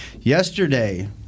Yesterday